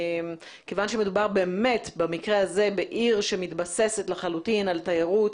כיוון שבמקרה הזה באמת מדובר בעיר שלחלוטין מתבססת על תיירות,